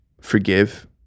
forgive